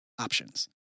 options